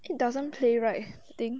it doesn't play right think